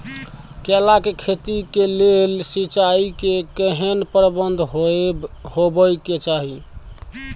केला के खेती के लेल सिंचाई के केहेन प्रबंध होबय के चाही?